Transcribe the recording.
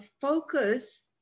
focus